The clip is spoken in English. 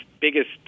biggest